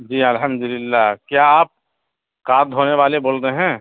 جی الحمد للہ کیا آپ کار دھونے والے بول رہے ہیں